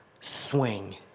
swing